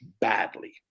badly